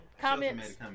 Comments